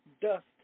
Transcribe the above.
dust